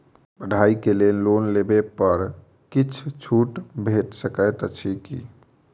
पढ़ाई केँ लेल लोन लेबऽ पर किछ छुट भैट सकैत अछि की?